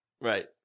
Right